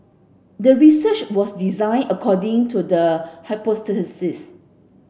the research was designed according to the hypothesis